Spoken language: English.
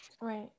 Right